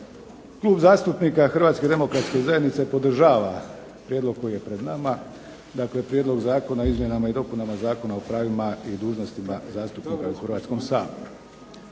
Klub zastupnika Hrvatske demokratske zajednice podržava prijedlog koji je pred nama, dakle Prijedlog zakona o izmjenama i dopunama Zakona o pravima i dužnostima zastupnika u Hrvatskom saboru.